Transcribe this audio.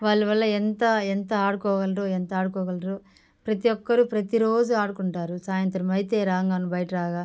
వాళ్ళ వల్ల ఎంత ఎంత ఆడుకోగలరు ఎంత ఆడుకోగలరు ప్రతి ఒక్కరు ప్రతి రోజు ఆడుకుంటారు సాయంత్రం అయితే రాగానే బయట రాగా